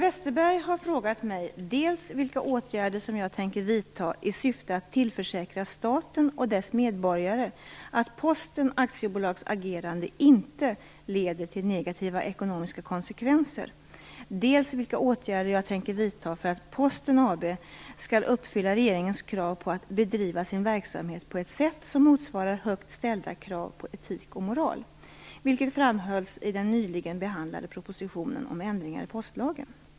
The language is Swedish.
Per Westerberg har frågat mig dels vilka åtgärder som jag tänker vidta i syfte att tillförsäkra staten och dess medborgare att Posten AB:s agerande inte leder till negativa ekonomiska konsekvenser, dels vilka åtgärder jag tänker vidta för att Posten AB skall uppfylla regeringens krav på "att bedriva sin verksamhet på ett sätt som motsvarar högt ställda krav på etik och moral" vilket framhölls i den nyligen behandlade propositionen om ändringar i postlagen.